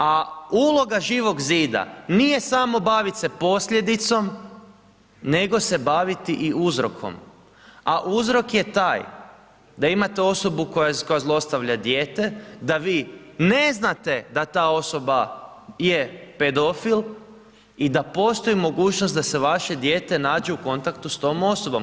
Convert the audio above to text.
A uloga Živog zida nije samo baviti se posljedicom nego baviti se i uzrokom a uzrok je taj da imate osobu koja zlostavlja dijete, da vi ne znate da ta osoba je pedofil i da postoji mogućnost da se vaše dijete nađe u kontaktu s tom osobom.